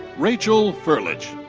rachel furlich.